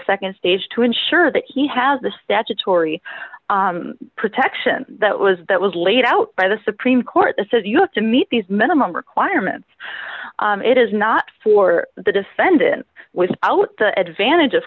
the nd stage to ensure that he has the statutory protection that was that was laid out by the supreme court that says you have to meet these minimum requirements it is not for the defendant without the advantage